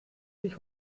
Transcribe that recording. sich